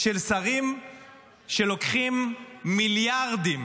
של שרים שלוקחים מיליארדים,